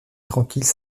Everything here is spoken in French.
tranquille